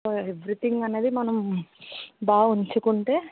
so everything అనేది మనం బాగా ఉంచుకుంటే